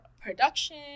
production